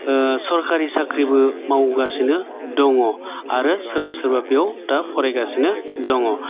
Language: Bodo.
सरखारि साख्रिबो मावगासिनो दङ आरो सोरबा सोरबा बेयाव दा फरायगासिनो दङ